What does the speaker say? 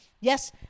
yes